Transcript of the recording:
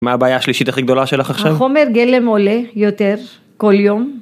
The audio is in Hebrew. מה הבעיה השלישית הכי גדולה שלך עכשיו? חומר גלם עולה יותר כל יום.